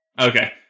Okay